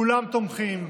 כולם תומכים,